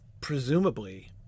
presumably